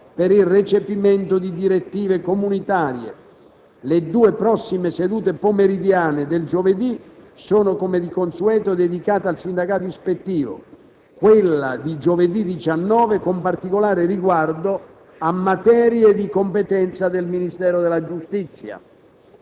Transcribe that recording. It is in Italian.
per il recepimento di direttive comunitarie. Le due prossime sedute pomeridiane del giovedì sono, come di consueto, dedicate al sindacato ispettivo; quella di giovedì 19 con particolare riguardo a materie di competenza del Ministero della giustizia.